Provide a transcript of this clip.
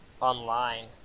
online